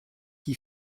qui